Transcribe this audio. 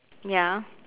ya